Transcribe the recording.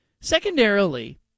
secondarily